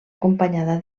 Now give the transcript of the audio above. acompanyada